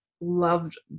loved